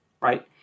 right